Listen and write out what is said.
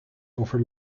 over